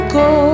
go